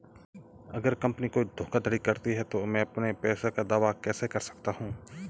अगर कंपनी कोई धोखाधड़ी करती है तो मैं अपने पैसे का दावा कैसे कर सकता हूं?